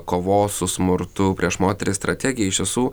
kovos su smurtu prieš moteris strategija iš tiesų